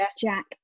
jack